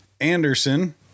Anderson